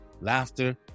laughter